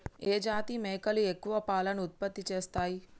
ఏ జాతి మేకలు ఎక్కువ పాలను ఉత్పత్తి చేస్తయ్?